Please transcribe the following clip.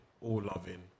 all-loving